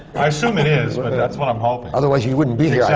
i assume it is, but that's what i'm hoping. otherwise, you wouldn't be here.